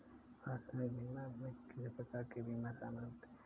आकस्मिक बीमा में किस प्रकार के बीमा शामिल होते हैं?